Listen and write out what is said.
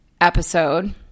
episode